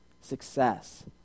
Success